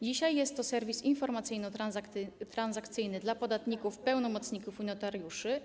Dzisiaj jest to serwis informacyjno-transakcyjny dla podatników, pełnomocników i notariuszy.